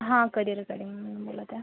हा करियर ॲकेडमीमधून बोलत आहे